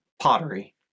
pottery